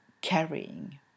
carrying